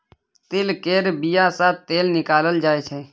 तिल केर बिया सँ तेल निकालल जाय छै